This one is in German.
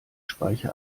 speiche